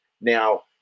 now